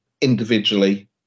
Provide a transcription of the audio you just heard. Individually